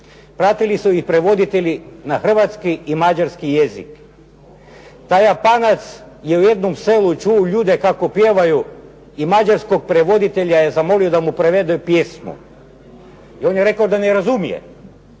Pratili su ih prevoditelji na hrvatski i mađarski jezik. Taj Japanac je u jednom selu čuo ljude kako pjevaju i mađarskog prevoditelja je zamolio da mu prevede pjesmu. I on je rekao da ne razumije.